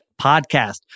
podcast